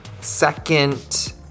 second